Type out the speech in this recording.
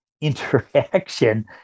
interaction